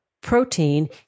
protein